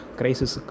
crisis